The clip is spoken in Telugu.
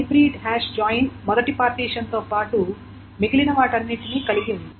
హైబ్రిడ్ హాష్ జాయిన్ మొదటి పార్టిషన్ తో పాటు మిగిలినవన్నిటిని కలిగి ఉంది